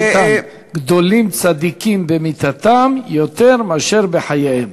איתן: גדולים צדיקים במיתתם יותר מאשר בחייהם.